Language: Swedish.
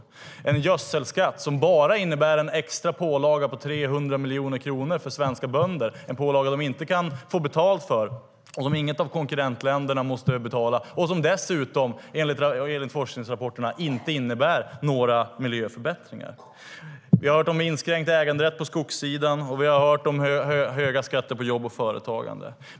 Jag talar också om en gödselskatt som innebär en extra pålaga på 300 miljoner kronor för svenska bönder som de inte kan få betalt för, som inget av konkurrentländerna måste betala och som dessutom enligt forskningsrapporterna inte innebär några miljöförbättringar. Vi har hört om inskränkt äganderätt på skogssidan, och vi har hört om höga skatter på jobb och företagande.